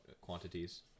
quantities